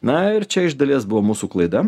na ir čia iš dalies buvo mūsų klaida